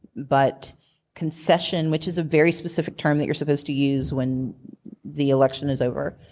but concession, which is a very specific term that you're supposed to use when the election is over.